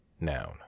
Noun